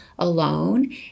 Alone